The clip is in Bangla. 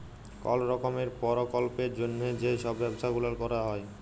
কল রকমের পরকল্পের জ্যনহে যে ছব ব্যবছা গুলাল ক্যরা হ্যয়